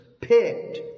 picked